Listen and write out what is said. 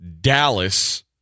Dallas